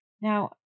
Now